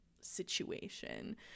situation